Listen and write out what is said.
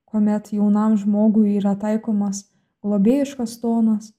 kuomet jaunam žmogui yra taikomas globėjiškas tonas